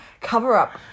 cover-up